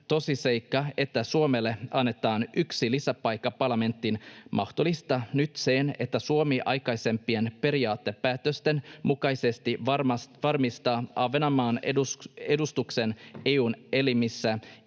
tosiseikka, että Suomelle annetaan yksi lisäpaikka parlamenttiin, mahdollistaa nyt sen, että Suomi aikaisempien periaatepäätösten mukaisesti varmistaa Ahvenanmaan edustuksen EU:n elimissä